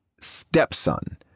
stepson